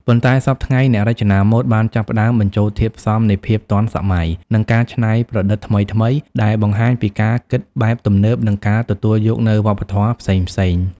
ប៉ុន្តែសព្វថ្ងៃ អ្នករចនាម៉ូដបានចាប់ផ្តើមបញ្ចូលធាតុផ្សំនៃភាពទាន់សម័យ និងការច្នៃប្រឌិតថ្មីៗ ដែលបង្ហាញពីការគិតបែបទំនើបនិងការទទួលយកនូវវប្បធម៌ផ្សេងៗ។